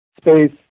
space